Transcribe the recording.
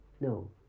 no